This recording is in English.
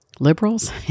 liberals